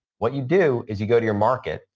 what you do is you go to your market,